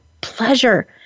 pleasure